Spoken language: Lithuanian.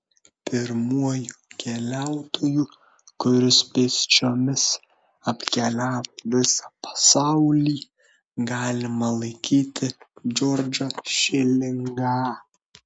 pirmuoju keliautoju kuris pėsčiomis apkeliavo visą pasaulį galima laikyti džordžą šilingą